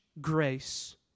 grace